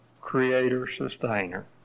creator-sustainer